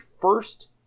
first